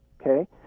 okay